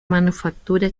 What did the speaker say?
manufactura